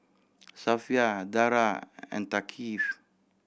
Safiya Dara and Thaqif